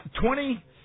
Twenty